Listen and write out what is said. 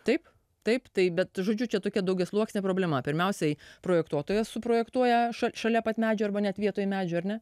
taip taip taip bet žodžiu čia tokia daugiasluoksnė problema pirmiausiai projektuotojas suprojektuoja šalia pat medžio arba net vietoj medžio ar ne